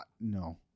No